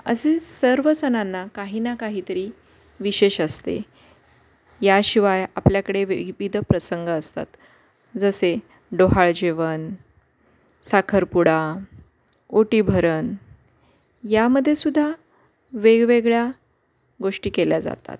असे सर्व सणांना काही ना काहीतरी विशेष असते याशिवाय आपल्याकडे विविध प्रसंग असतात जसे डोहाळजेवण साखरपुडा ओटीभरण यामध्ये सुद्धा वेगवेगळ्या गोष्टी केल्या जातात